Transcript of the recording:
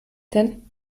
denn